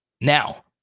Now